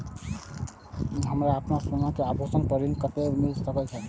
हमरा अपन सोना के आभूषण पर ऋण कते मिल सके छे?